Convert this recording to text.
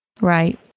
Right